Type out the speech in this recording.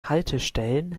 haltestellen